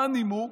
מה הנימוק?